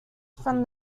from